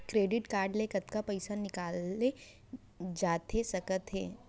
Debit card ले कतका पइसा निकाले जाथे सकत हे?